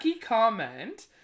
comment